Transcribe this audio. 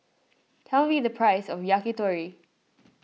tell me the price of Yakitori